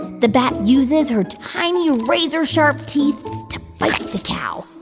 the bat uses her tiny razor-sharp teeth to bite the cow,